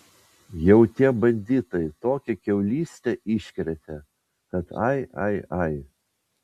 jau tie banditai tokią kiaulystę iškrėtė kad ai ai ai